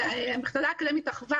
המכללה האקדמית אחווה,